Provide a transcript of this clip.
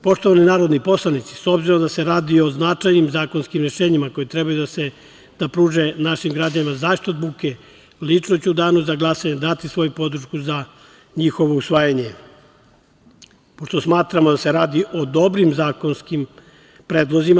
Poštovani narodni poslanici s obzirom da se radi o značajnim zakonskim rešenjima koji treba da pruže našim građanima zaštitu od buke, lično ću u danu za glasanje dati svoju podršku za njihovo usvajanje, pošto smatramo da se radi o dobrim zakonskim predlozima.